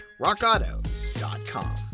RockAuto.com